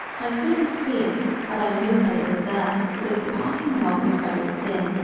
i couldn't see it, but i knew that it was there because the parking lot was very thin.